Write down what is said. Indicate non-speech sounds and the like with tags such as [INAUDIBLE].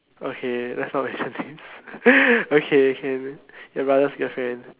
okay let's not mention names [BREATH] okay can your brother's girlfriend